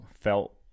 felt